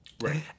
Right